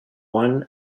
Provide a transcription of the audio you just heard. one